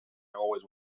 always